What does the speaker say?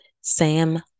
Sam